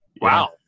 Wow